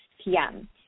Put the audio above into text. PM